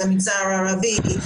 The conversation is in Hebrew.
המגזר הערבי,